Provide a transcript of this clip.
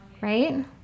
right